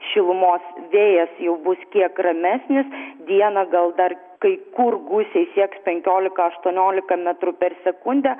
šilumos vėjas jau bus kiek ramesnis dieną gal dar kai kur gūsiai sieks penkiolika aštuoniolika metrų per sekundę